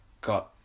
got